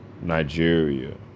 Nigeria